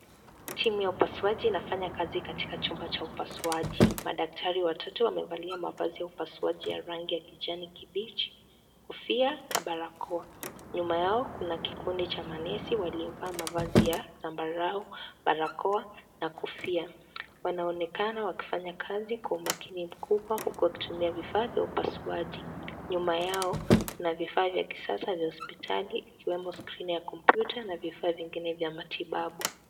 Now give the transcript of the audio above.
Timu ya upaswaji inafanya kazi katika chumba cha upasuaji, madaktari watatu wamevakia mavazi ya upasuaji yenye rangi ya kijani kibichi, kofia, na barakoa, nyuma yao kuna kikundi cha manesi walio vaa mavazi ya, zambarau, barakoa, na kofia, wanaonekana wakifanya kazi kwa umakini mkubwa huku wakitumia vifaa, vya upasuaji, nyuma yao kuna vifaa vya kisasa vya hospitali ikiwemo skrini ya kompyuta, na vifaa vingine vya matibabu.